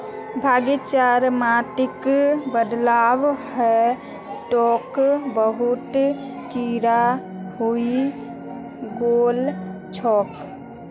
बगीचार माटिक बदलवा ह तोक बहुत कीरा हइ गेल छोक